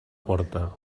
porta